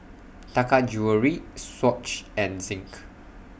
Taka Jewelry Swatch and Zinc